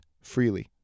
freely